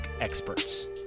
experts